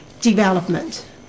development